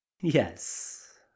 yes